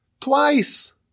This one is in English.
Twice